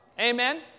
Amen